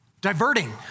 Diverting